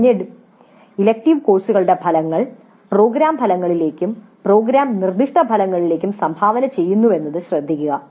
തിരഞ്ഞെടുപ്പ് കോഴ്സുകളുടെ ഫലങ്ങൾ പ്രോഗ്രാം ഫലങ്ങളിലേക്കും പ്രോഗ്രാം നിർദ്ദിഷ്ട ഫലങ്ങളിലേക്കും സംഭാവന ചെയ്യുന്നുവെന്നത് ശ്രദ്ധിക്കുക